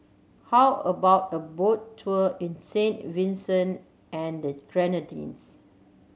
how about a boat tour in Saint Vincent and the Grenadines